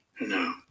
No